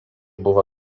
buvo